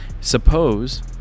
Suppose